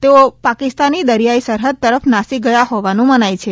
તેઓ પાકિસ્તાની દરિયાઇ સરહદ તરફ નાસી ગયા હોવાનું મનાય છે